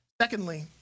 Secondly